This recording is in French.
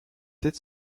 être